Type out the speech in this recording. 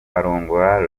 arongora